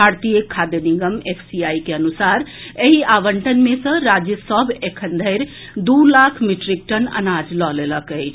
भारतीय खाद्य निगम एफसीआई के अनुसार एहि आवंटन मे सॅ राज्य सभ एखन धरि दू लाख मीट्रिक टन अनाज लऽ लेलक अछि